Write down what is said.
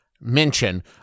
mention